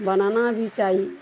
बनाना भी चाही